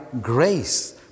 grace